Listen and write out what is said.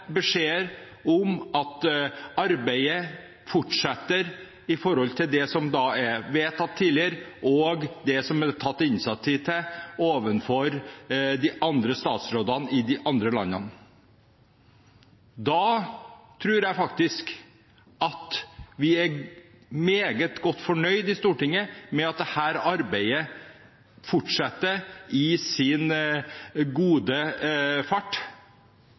beskjeder om at arbeidet fortsetter i tråd med det som er vedtatt tidligere, og det som det er tatt initiativ til overfor statsrådene i de andre landene. Da tror jeg at vi er meget godt fornøyd i Stortinget med at dette arbeidet fortsetter i sin gode fart.